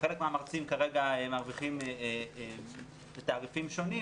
וחלק מהמרצים כרגע מרוויחים תעריפים שונים,